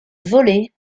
voler